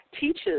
teaches